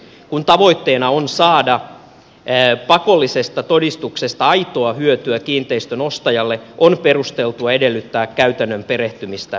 kun tavoitteena on saada pakollisesta todistuksesta aitoa hyötyä kiinteistön ostajalle on perusteltua edellyttää käytännön perehtymistä kyseiseen kiinteistöön